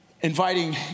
inviting